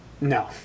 No